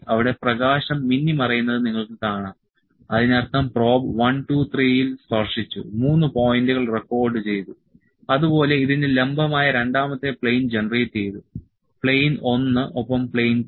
അവിടെ പ്രകാശം മിന്നിമറയുന്നത് നിങ്ങൾക്ക് കാണാം അതിനർത്ഥം പ്രോബ് 1 2 3 ൽ സ്പർശിച്ചു 3 പോയിന്റുകൾ റെക്കോർഡ് ചെയ്തു അതുപോലെ ഇതിന് ലംബമായ രണ്ടാമത്തെ പ്ലെയിൻ ജനറേറ്റ് ചെയ്തു പ്ലെയിൻ 1 ഒപ്പം പ്ലെയിൻ 2